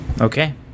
Okay